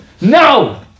No